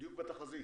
דיוק בתחזית.